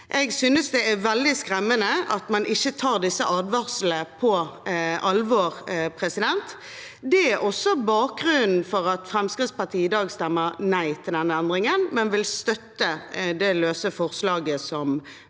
Jeg synes det er veldig skremmende at man ikke tar disse advarslene på alvor. Det er også bakgrunnen for at Fremskrittspartiet i dag stemmer nei til denne endringen, men vi vil støtte det løse forslaget som